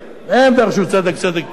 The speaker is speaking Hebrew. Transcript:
הם דרשו: צדק צדק תרדוף,